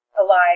alive